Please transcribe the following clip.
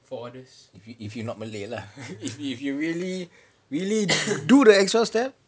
if you if you not malay lah if if you really really do the extra step